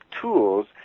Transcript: tools